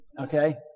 Okay